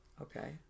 Okay